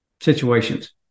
situations